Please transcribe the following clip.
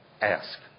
ask